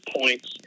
points